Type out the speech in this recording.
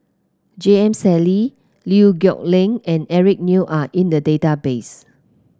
J M Sali Liew Geok Leong and Eric Neo are in the database